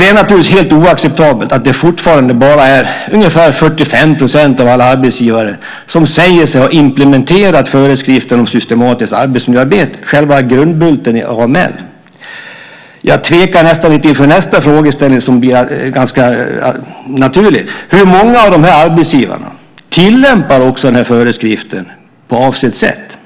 Det är naturligtvis helt oacceptabelt att det fortfarande bara är ungefär 45 % av alla arbetsgivare som säger sig ha implementerat föreskriften om systematiskt arbetsmiljöarbete, själva grundbulten i AML. Jag tvekar nästan lite inför nästa frågeställning som är ganska naturlig. Hur många av de här arbetsgivarna tillämpar också föreskriften på avsett sätt?